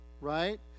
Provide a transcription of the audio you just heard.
right